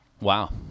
wow